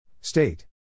State